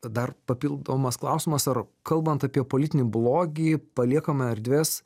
dar papildomas klausimas ar kalbant apie politinį blogį paliekame erdvės